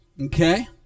Okay